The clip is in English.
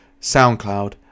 SoundCloud